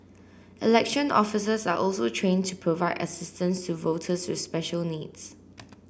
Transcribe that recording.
election officers are also trained to provide assistance to voters with special needs